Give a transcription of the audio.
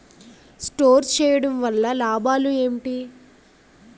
Store చేయడం వల్ల లాభాలు ఏంటి?